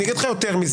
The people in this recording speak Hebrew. אני אגיד לך יותר מזה.